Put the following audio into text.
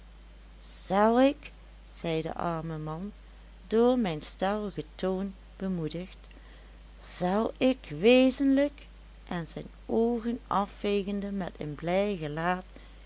zel ik zei de arme man door mijn stelligen toon bemoedigd zel ik wezenlijk en zijn oogen afvegende met een blij gelaat